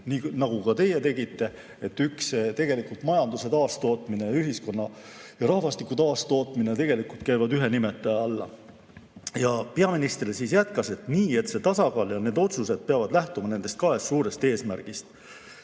nii nagu ka teie tegite. Tegelikult majanduse taastootmine ja ühiskonna ja rahvastiku taastootmine käivad ühe nimetaja alla. Ja peaminister siis jätkas, et see tasakaal ja need otsused peavad lähtuma nendest kahest suurest eesmärgist.